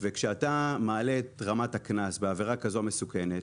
כשאתה מעלה את רמת הקנס בעבירה כזו מסוכנת,